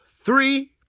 three